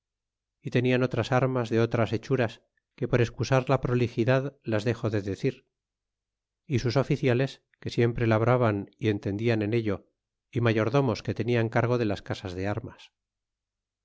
y tenian otras armas de otras hechuras que por excusar prolixidad las dexo de decir y sus oficiales que siempre labraban y entendian en ello y mayordomos que tenian cargo de las casas de armas